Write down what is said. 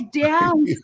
down